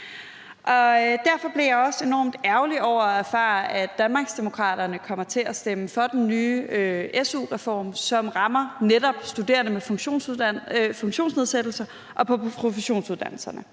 Derfor blev jeg også enormt ærgerlig over at erfare, at Danmarksdemokraterne kommer til at stemme for den nye su-reform, som rammer netop studerende med funktionsnedsættelse og på professionsuddannelserne.